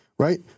right